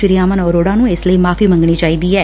ਸ੍ੀ ਅਮਨ ਅਰੋੜਾ ਨੂੰ ਇਸ ਲਈ ਮਾਫ਼ੀ ਮੰਗਣੀ ਚਾਹੀਦੀ ਐ